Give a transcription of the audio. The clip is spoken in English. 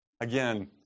Again